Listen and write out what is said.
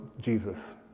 Jesus